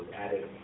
added